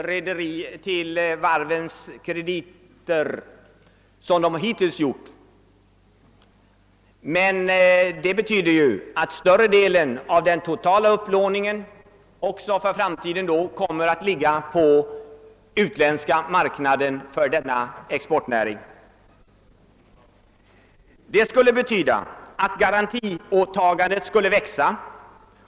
Det betyder emellertid att större delen av den totala upplåningen även framdeles kommer att ske på den utländska marknaden i fråga om denna exportnäring. En sådan utformning skulle innebära att garantiåtagandet skulle växa.